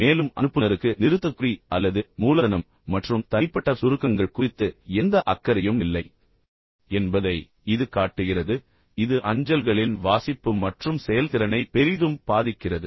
மேலும் அனுப்புநருக்கு நிறுத்தற்குறி அல்லது மூலதனம் மற்றும் பின்னர் தனிப்பட்ட சுருக்கங்கள் குறித்து எந்த அக்கறையும் இல்லை என்பதை இது காட்டுகிறது இது அஞ்சல்களின் வாசிப்பு மற்றும் செயல்திறனை பெரிதும் பாதிக்கிறது